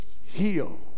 heal